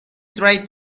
trying